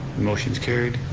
motion's carried,